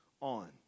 on